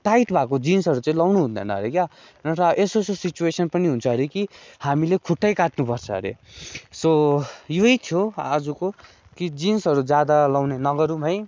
tight भएको जिन्सहरू चाहिँ लाउनु हुँदैन हरे क्या र यस्तो यस्तो सिचुएसन पनि हुन्छ हरे कि हामीले खुट्टै काट्नु पर्छ हरे सो यही थियो आजको कि जिन्सहरू जादा लाउने नगरौँ है